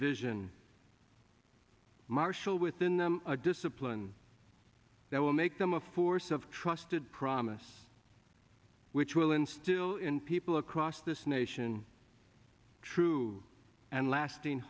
vision marshal within them a discipline that will make them a force of trusted promise which will instill in people across this nation true and lasting